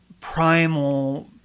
primal